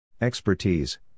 Expertise